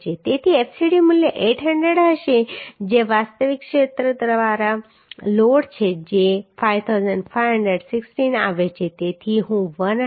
તેથી fcd મૂલ્ય 800 હશે જે વાસ્તવિક ક્ષેત્ર દ્વારા લોડ છે જે 5516 આવે છે તેથી હું 145